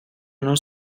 honom